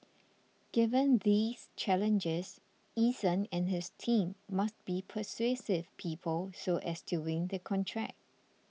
given these challenges Eason and his team must be persuasive people so as to win the contract